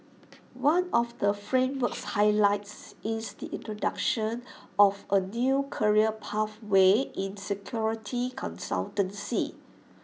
one of the framework's highlights is the introduction of A new career pathway in security consultancy